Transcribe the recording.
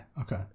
Okay